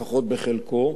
לפחות בחלקו,